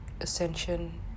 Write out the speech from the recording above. Ascension